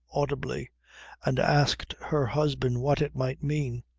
audibly and asked her husband what it might mean.